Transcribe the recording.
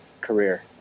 career